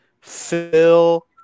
Phil